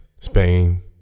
Spain